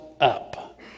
up